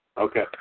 Okay